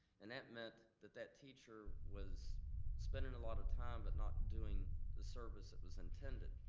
and that meant that that teacher was spending a lot of time, but not doing the service that was intended.